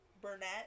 Burnett